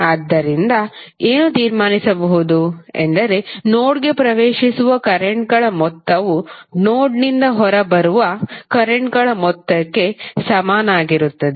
ಆದ್ದರಿಂದ ಏನು ತೀರ್ಮಾನಿಸಬಹುದು ಎಂದರೆ ನೋಡ್ಗೆ ಪ್ರವೇಶಿಸುವ ಕರೆಂಟ್ಗಳ ಮೊತ್ತವು ನೋಡ್ನಿಂದ ಹೊರಹೋಗುವ ಕರೆಂಟ್ಗಳ ಮೊತ್ತಕ್ಕೆ ಸಮಾನವಾಗಿರುತ್ತದೆ